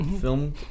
film